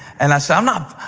and i said, i'm not,